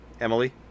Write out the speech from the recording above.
Emily